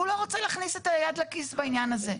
הוא לא רוצה להכניס את היד לכיס בעניין הזה.